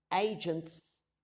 agents